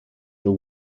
the